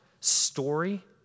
story